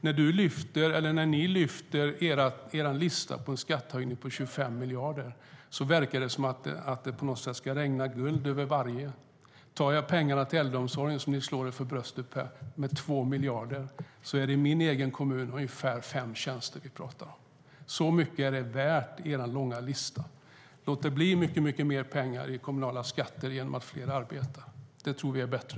När ni tar fram er lista med skattehöjningar på 25 miljarder verkar det som att det på något sätt kommer att regna guld över varje kommun. Om vi tar pengarna till äldreomsorgen, där ni slår er för bröstet, handlar det om 2 miljarder. I min hemkommun handlar det om ungefär fem tjänster. Så mycket är er långa lista värd. Låt det bli mycket mer pengar i form av kommunala skatter genom att fler arbetar. Det tror vi är bättre.